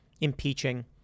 impeaching